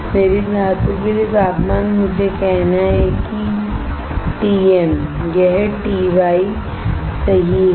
मेरी धातु के लिए तापमान मुझे कहना है कि TM यह TY सही है